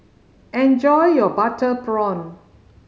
enjoy your butter prawn